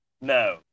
no